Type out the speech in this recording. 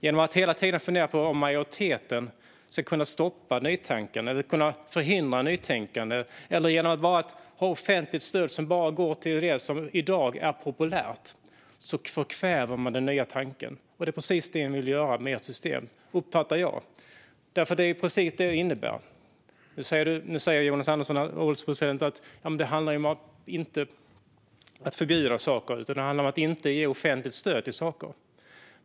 Genom att hela tiden fundera på om majoriteten ska kunna förhindra nytänkandet, eller genom att ha offentligt stöd som bara går till det som i dag är populärt, förkväver man den nya tanken. Det är precis det ni vill göra med ert system, som jag uppfattar det, Jonas Andersson. Det är ju precis detta det innebär. Nu säger Jonas Andersson, herr ålderspresident, att det inte handlar om att förbjuda saker utan om att inte ge offentligt stöd till saker.